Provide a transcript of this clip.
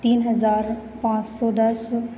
तीन हज़ार पाँच सौ दस